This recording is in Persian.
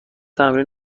تمرین